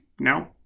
No